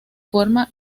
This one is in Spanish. forma